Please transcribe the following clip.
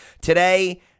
today